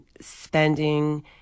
spending